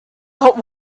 but